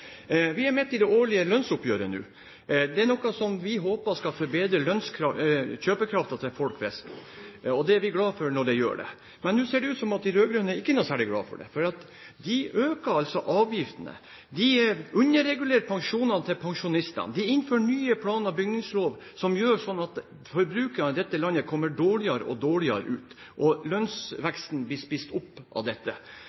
Vi er midt i det årlige lønnsoppgjøret nå. Det er noe som vi håper skal forbedre kjøpekraften til folk flest, og det er vi glad for når det gjør det. Men nå ser det ut som at de rød-grønne ikke er noe særlig glad for det, for de øker altså avgiftene, de underregulerer pensjonene til pensjonistene, de innfører ny plan- og bygningslov som gjør at forbrukerne i dette landet kommer dårligere og dårligere ut, og